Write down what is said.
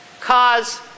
cause